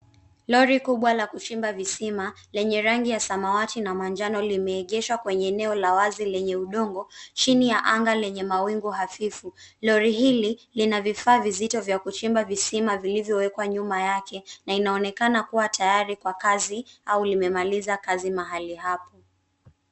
Lori kubwa la kujimba visima lenye rangi ya samawati na manjano limeegeshwa kwenye eneo la wazi lenye udongo jini ya anga lenye mawingu hafifu. Lori hili lina vifaa vizito vya kuchimba visima vilivyowekwa nyuma yake na inaonekana kuwa tayari kwa kazi au limemaliza kazi mahali hapo.